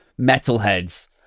metalheads